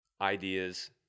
ideas